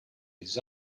his